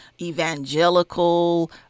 evangelical